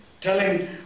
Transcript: Telling